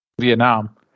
Vietnam